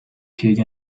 cake